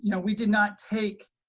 you know we did not take